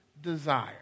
desire